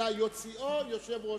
אלא יוציאו היושב-ראש.